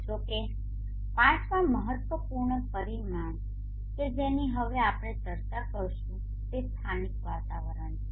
જો કે પાંચમા મહત્વપૂર્ણ પરિમાણ કે જેની હવે આપણે ચર્ચા કરીશું તે સ્થાનિક વાતાવરણ છે